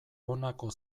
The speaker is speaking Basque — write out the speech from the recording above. honako